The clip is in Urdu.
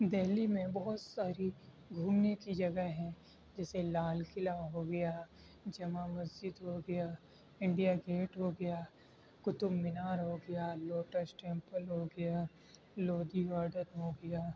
دہلی میں بہت ساری گھومنے کی جگہ ہیں جیسے لال قلعہ ہو گیا جامع مسجد ہو گیا انڈیا گیٹ ہو گیا قطب مینار ہو گیا لوٹس ٹیمپل ہو گیا لودھی گارڈن ہو گیا